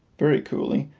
very coolly,